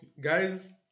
guys